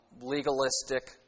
legalistic